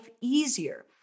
easier